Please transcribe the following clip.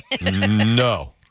No